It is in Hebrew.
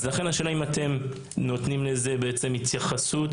אז לכן השאלה אם אתם נותנים לזה בעצם התייחסות.